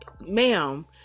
ma'am